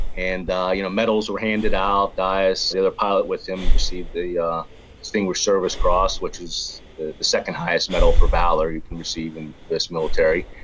and you know medals were handed out. dyess, the other pilot with him, received the yeah distinguished service cross, which is the the second highest medal for valor you can receive in this military.